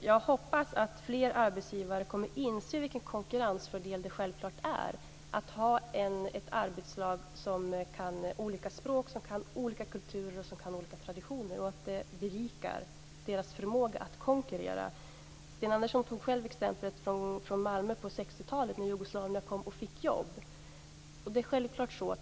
Jag hoppas att fler arbetsgivare kommer att inse vilken konkurrensfördel det är att ha ett arbetslag som kan olika språk, olika kulturer och olika traditioner och att det berikar deras förmåga att konkurrera. Sten Andersson tog själv exemplet från Malmö på 60-talet, när jugoslaverna kom och fick jobb.